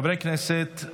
חברי הכנסת,